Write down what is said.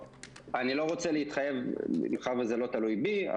אני לא רוצה להתחייב, מאחר וזה לא תלוי בי.